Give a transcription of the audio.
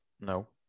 No